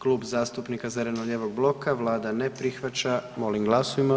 Klub zastupnika zeleno-lijevog bloka, Vlada ne prihvaća, molim glasujmo.